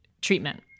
treatment